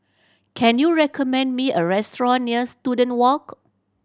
can you recommend me a restaurant near Student Walk